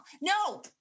No